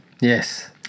Yes